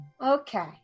Okay